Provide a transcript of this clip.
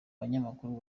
banyamakuru